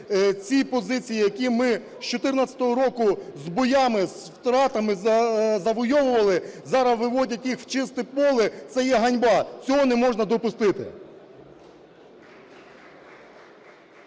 ці позиції, які ми з 14-го року з боями, з втратами завойовували, зараз виводять їх в чисте поле – це є ганьба, цього не можна допустити.